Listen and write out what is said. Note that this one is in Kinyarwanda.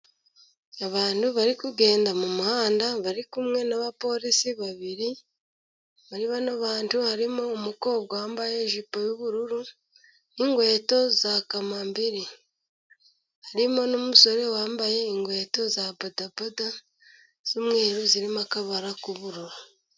Abantu bari kugenda mu muhanda bari kumwe n'abapolisi babiri . Muri bano bandi harimo umukobwa wambaye ijipo y'ubururu n'inkweto za kamambiri. Harimo n'umusore wambaye inkweto za bodaboda z'umweru, zirimo akabara k'ubururu.